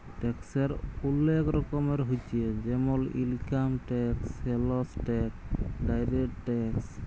ট্যাক্সের ওলেক রকমের হচ্যে জেমল income tax, sales tax, direct tax